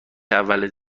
اول